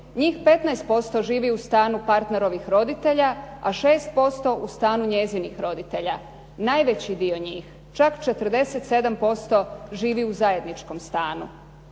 Njih 15% živi u stanu partnerovih roditelja a 6% u stanu njezinih roditelja. Najveći dio njih čak 47% živi u zajedničkom stanu.